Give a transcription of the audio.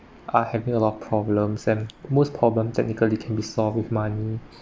are having a lot of problems and most problem technically can be solved with money